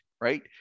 right